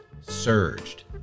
surged